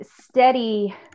steady